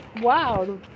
wow